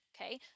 okay